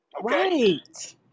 Right